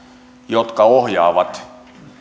jotka ohjaisivat